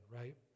right